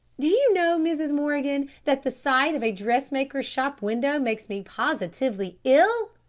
do you know, mrs. morgan, that the sight of a dressmaker's shop window makes me positively ill!